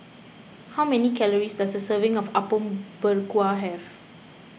how many calories does a serving of Apom Berkuah have